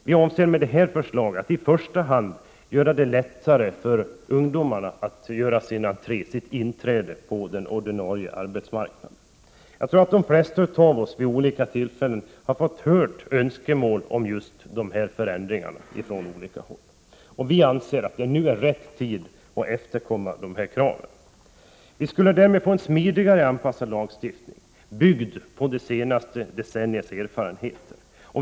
Vi avser med detta förslag att i första hand göra det lättare för ungdomar att göra sitt inträde på den ordinarie arbetsmarknaden. Jag tror att de flesta av oss vid olika tillfällen från olika håll fått höra önskemål om just dessa förändringar. Vi anser att det nu är rätt tid att efterkomma dessa krav. Vi skulle därmed få en smidigare anpassad lagstiftning byggd på det senaste decenniets erfarenheter.